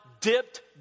dipped